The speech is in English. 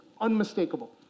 unmistakable